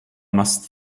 must